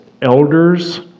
elders